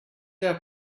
our